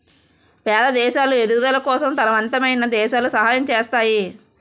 పేద దేశాలు ఎదుగుదల కోసం తనవంతమైన దేశాలు సహాయం చేస్తాయి